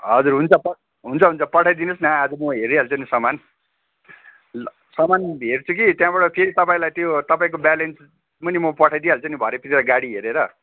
हजुर हुन्छ प हुन्छ हुन्छ पठाइदिनुहोस् न आएको म हेरिहाल्छु नि सामान ल सामान हेर्छु कि त्यहाँबाट फेरि तपाईँलाई त्यो तपाईँको ब्यालेन्स पनि म पठाइदिइहाल्छु नि भरैतिर गाडी हेरेर